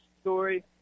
story